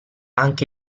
anche